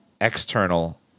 external